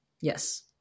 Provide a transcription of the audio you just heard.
Yes